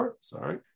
sorry